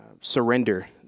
surrender